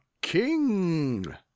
king